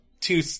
two